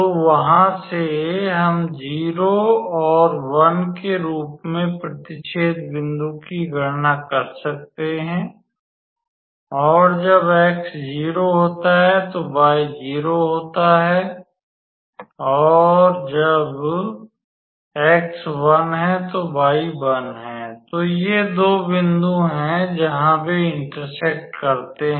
तो वहां से हम 0 और 1 के रूप में प्रतिच्छेद बिंदु की गणना कर सकते हैं और जब x 0 होता है तो y 0 होता है और जब x 1 है तो y 1 है तो ये दो बिंदु हैं जहां वे इंटरसेक्ट करते हैं